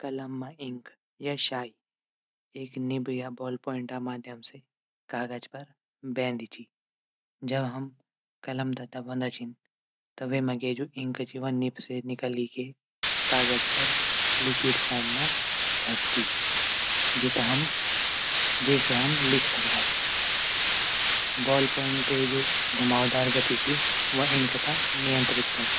कलम इंक या स्याई एक निब या बॉल प्वाइंट माध्यम से कागज पर बैहंदी च। जब हम कलम तै दबांदा छन तब वेमा जू इंक निब से निकली की कागज पर लिक्विड फॉम मा छपदी। जैसे हम लिख सकदा। बॉल प्वाइंट जू घुमावदार गति च व इंक तै नियंत्रित करदी।